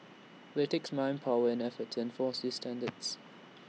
but IT takes manpower and effort to enforce these standards